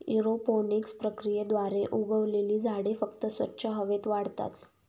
aeroponics प्रक्रियेद्वारे उगवलेली झाडे फक्त स्वच्छ हवेत वाढतात